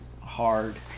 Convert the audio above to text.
hard